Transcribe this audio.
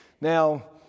Now